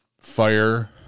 Fire